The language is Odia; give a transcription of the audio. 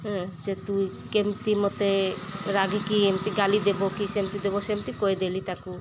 ହେଁ ତୁଇ କେମିତି ମତେ ରାଗିକି ଏମିତି ଗାଳି ଦେବ କି ସେମିତି ଦେବ ସେମିତି କହିଦେଲି ତାକୁ